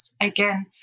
again